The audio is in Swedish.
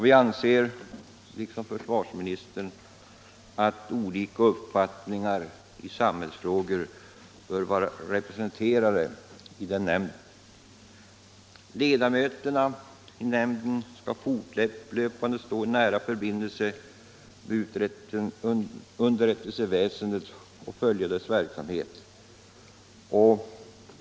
Vi anser liksom försvarsministern att olika uppfattningar i samhällsfrågor bör vara representerade i nämnden. Ledamöterna i nämnden skall fortlöpande stå i nära förbindelse med underrättelseväsendet och följa dess verksamhet.